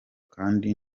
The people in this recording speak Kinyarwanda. kandi